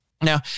Now